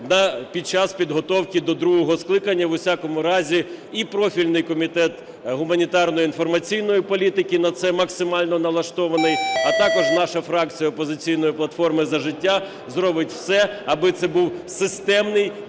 під час підготовки до другого читання. У всякому разі і профільний Комітет гуманітарної та інформаційної політики на це максимально налаштований, а також наша фракція "Опозиційної платформи - За життя" зробить все, аби це був системний дієвий